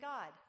God